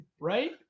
Right